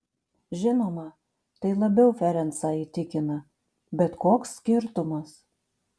žinoma tai labiau ferencą įtikina bet koks skirtumas